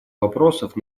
вопросов